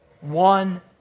one